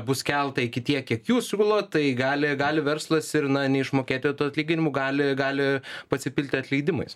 bus kelta iki tiek kiek jūs siūlot tai gali gali verslas ir na neišmokėti tų atlyginimų gali gali pasipilti atleidimais